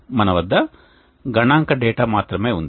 మన వద్ద గణాంక డేటా మాత్రమే ఉంది